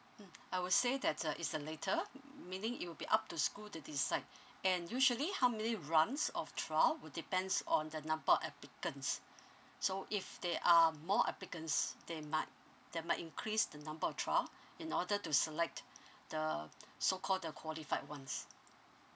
mm I would say that uh is uh later m~ meaning it will be up to school to decide and usually how many runs of trial will depends on the number of applicants so if there are more applicants they might they might increase the number of trial in order to select the so call the qualified ones